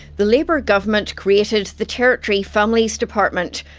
the labor government created the territory families department,